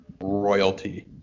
royalty